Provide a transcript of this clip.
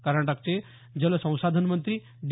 कर्नाटकचे जलसंसाधन मंत्री डी